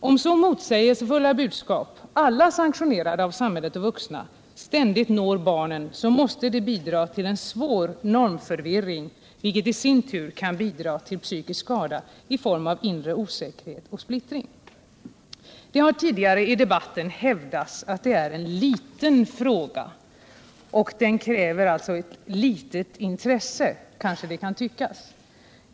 Om så motsägelsefulla budskap, alla sanktionerade av samhället och de vuxna, ständigt når barnen, måste det bidra till en svår normförvirring, vilket i sin tur kan bidra till psykisk skada i form av inre osäkerhet och splittring. Det har tidigare i debatten hävdats att detta är en liten fråga. Den kräver ett liter intresse, kanske det kan tyckas.